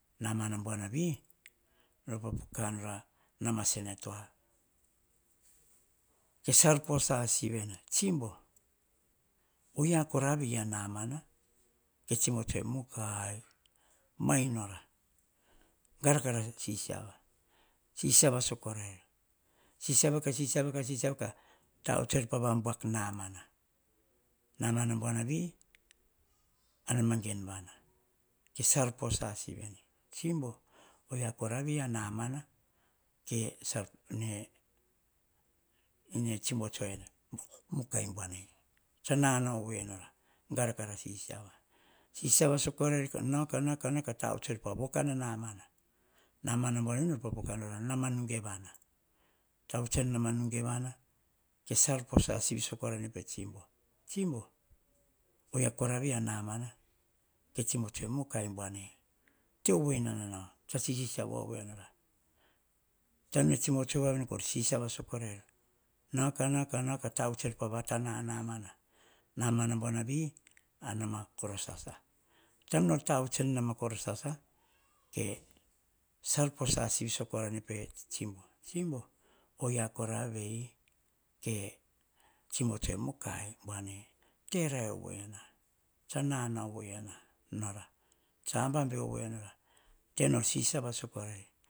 Namana buanavi nor popoka nor anama senetua salposa siviene oyia kora vei anama. Tsibo tsoe ene mukai. Gara kara sisiva vare sisiva sakorail sisiva-ka sisiva-ka sisiva, kail aguel pavabuak sanana. Namana bunavi ah nama genvana ke salposa sivien tsibo oia koravie anamana. Ke tsibo tsoe en mukai sisiava sakoria. Kah tavuts vuts er pah wokanaman nama buanivi ah namanoegevana ke salposa sivisakorane pe tsibo. Oyia koro vei namana vei mukai terai ovoina. Tsa manao ovoinora tsa aba beovoira kor sisiava sakorai. Sisiava-sisiava kah tavuts er pah vatana namana nama nabuanavi. Amana korosasa taim nol tavuts en nama korosasa. Ke salposa sivisa korane pe tsibo. Oia koro vei ke tsiro tsoe mukai buane te revue na. Tsa manao ovoinora aba be ovoinora te nor sisior a tsa kore